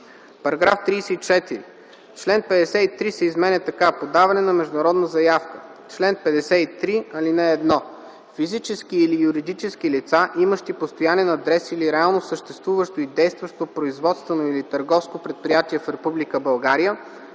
закон.” § 34. Член 53 се изменя така: „Подаване на международна заявка Чл. 53. (1) Физически или юридически лица, имащи постоянен адрес или реално съществуващо и действащо производствено или търговско предприятие в Република България,